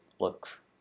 look